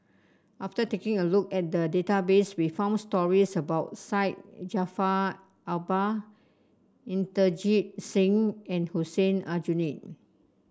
after taking a look at the database we found stories about Syed Jaafar Albar Inderjit Singh and Hussein Aljunied